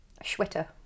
schwitter